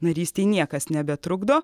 narystei niekas nebetrukdo